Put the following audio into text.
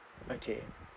okay